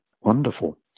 wonderful